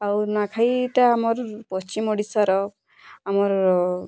ଆଉ ନୂଆଁଖାଇ ଟା ଆମର୍ ପଶ୍ଚିମ ଓଡ଼ିଶାର ଆମର୍